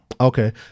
Okay